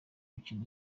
mikino